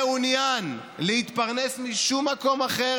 אינו רשאי ואינו מעוניין להתפרנס משום מקום אחר,